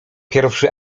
pierwszy